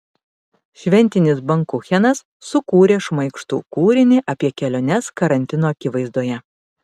šventinis bankuchenas sukūrė šmaikštų kūrinį apie keliones karantino akivaizdoje